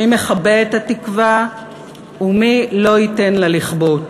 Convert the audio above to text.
מי מכבה את התקווה ומי לא ייתן לה לכבות.